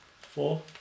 Four